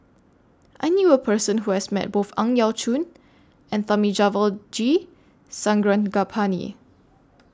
I knew A Person Who has Met Both Ang Yau Choon and Thamizhavel G Sarangapani